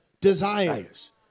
desires